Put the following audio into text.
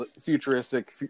futuristic